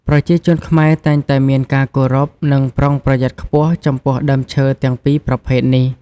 ប្រជាជនខ្មែរតែងតែមានការគោរព និងប្រុងប្រយ័ត្នខ្ពស់ចំពោះដើមឈើទាំងពីរប្រភេទនេះ។